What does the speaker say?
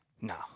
No